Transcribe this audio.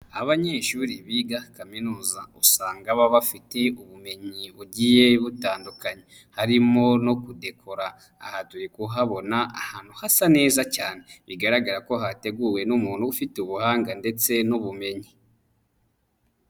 Abanyeshuri biga kaminuza usanga baba bafite ubumenyi bugiye butandukanye, harimo no kudekora aha turi kuhabona ahantu hasa neza cyane, bigaragara ko hateguwe n'umuntu ufite ubuhanga ndetse n'ubumenyi.